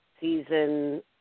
Season